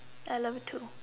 I love you too